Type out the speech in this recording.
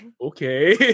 okay